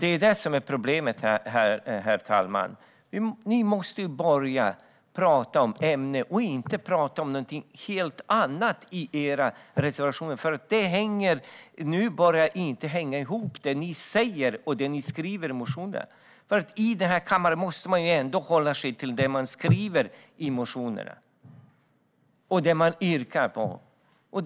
Det är det som är problemet. Ni måste börja tala om ämnet och inte om någonting helt annat i era motioner. Det ni säger här i kammaren och det ni skriver i era motioner hänger inte ihop. I den här kammaren måste man ändå hålla sig till det man skrivit i motionerna och det man yrkar bifall till.